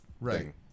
Right